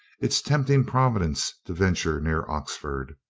it's tempting providence to venture near oxford.